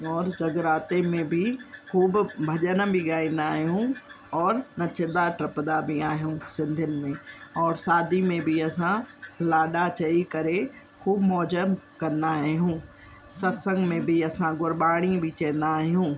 और जगराते में बि खु भॼन बि ॻाईंदा आहियूं और नचंदा टुपंदा बि आहियूं सिंधियुनि में और सादी में बि असां लाॾा चई करे ख़ूब मौज कंदा आहियूं सत्संग में बि असां गुरॿानी चईंदा आहियूं